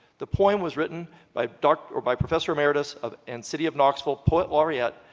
the poem was written by doctor, or by professor emeritus of, and city of knoxville poet laureate,